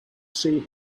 see